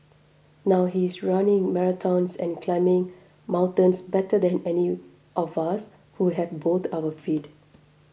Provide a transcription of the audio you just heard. now he's running marathons and climbing mountains better than any of us who have both our feet